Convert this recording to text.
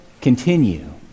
continue